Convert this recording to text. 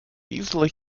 easily